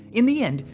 in the end,